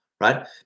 right